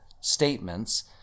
statements